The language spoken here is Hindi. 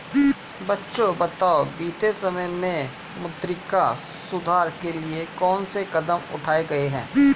बच्चों बताओ बीते समय में मौद्रिक सुधार के लिए कौन से कदम उठाऐ गए है?